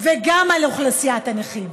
וגם על אוכלוסיית הנכים,